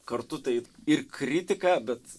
kartu tai ir kritika bet